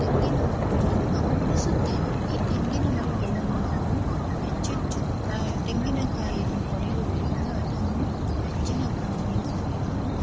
ತೆಂಗಿನ ಮರಗಳನ್ನು ನಾವು ಬೆಳೆಸುತ್ತೇವೆ ಈ ತೆಂಗಿನ ಮರಗಳನ್ನು ನಾವು ಹೆಚ್ಚೆಚ್ಚು ಕಾ ತೆಂಗಿನಕಾಯನ್ನು ಪಡೆಯುದ್ರಿಂದ ಅದನ್ನು ಹೆಚ್ಚಿನ ಪ್ರಮಾಣದಲ್ಲಿ ನಾವು